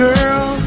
Girl